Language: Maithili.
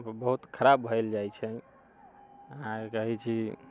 ओ बहुत खराब भेल जाइ छै अहाँके कहै छी